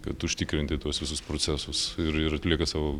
kad užtikrinti tuos visus procesus ir ir atlieka savo